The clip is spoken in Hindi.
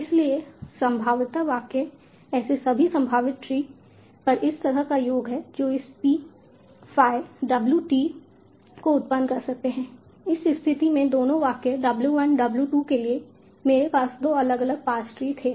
इसलिए संभाव्यता वाक्य ऐसे सभी संभावित ट्री पर इस तरह का योग है जो इस P phi W T को उत्पन्न कर सकते हैं इस स्थिति में दोनों वाक्य W 1 W 2 के लिए मेरे पास 2 अलग अलग पार्स ट्री थे